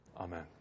Amen